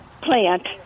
plant